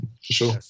sure